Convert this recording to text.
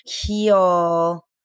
heal